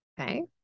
Okay